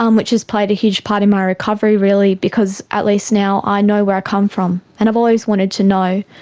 um which has played a huge part in my recovery really because at least now i know where i come from. and i've always wanted to know.